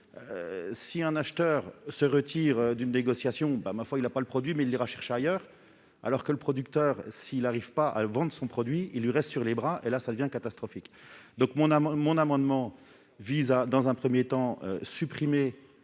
si un acheteur se retire d'une négociation, il n'a pas le produit, mais il ira le chercher ailleurs ; pour le producteur, s'il n'arrive pas à vendre son produit, celui-ci lui reste sur les bras, et cela devient catastrophique. Mon amendement tend, dans un premier temps, à supprimer